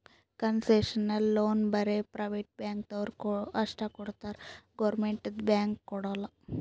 concessional loan ಬರೇ private ಬ್ಯಾಂಕ್ದವ್ರು ಅಷ್ಟೇ ಕೊಡ್ತಾರ್ ಗೌರ್ಮೆಂಟ್ದು ಬ್ಯಾಂಕ್ ಕೊಡಲ್ಲ